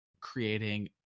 creating